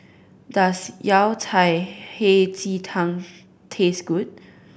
does Yao Cai Hei Ji Tang taste good